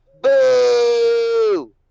Boo